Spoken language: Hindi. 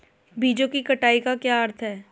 बीजों की कटाई का क्या अर्थ है?